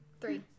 Three